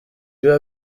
biba